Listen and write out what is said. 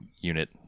unit